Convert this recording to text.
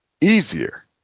easier